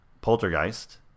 poltergeist